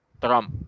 Trump